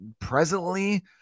presently